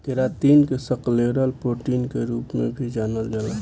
keratin के scleral protein के रूप में भी जानल जाला